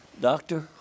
Doctor